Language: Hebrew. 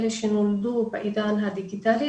אלה שנולדו בעידן הדיגיטלי,